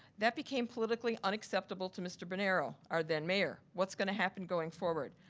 that became politically unacceptable to mr. bernero, our then mayor. what's gonna happen going forward?